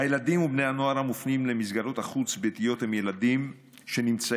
הילדים ובני הנוער המופנים למסגרות החוץ-ביתיות הם ילדים שנמצאים,